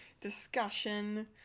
discussion